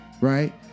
right